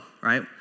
right